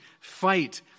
Fight